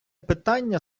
питання